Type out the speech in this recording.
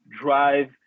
drive